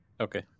Okay